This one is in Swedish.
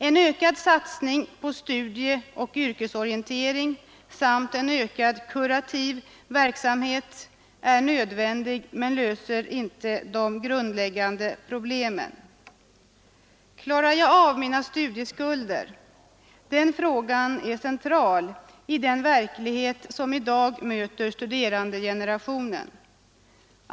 En ökad satsning på studieoch yrkesorientering samt en ökad kurativ verksamhet är nödvändig men löser inte de grundläggande problemen. Klarar jag av mina studieskulder? Den frågan är central i den verklighet som i dag möter studerandegenerationen.